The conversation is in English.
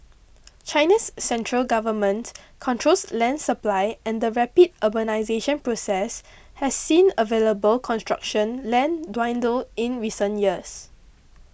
China's central government controls land supply and the rapid urbanisation process has seen available construction land dwindle in recent years